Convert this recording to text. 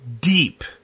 deep